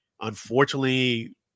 Unfortunately